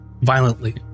violently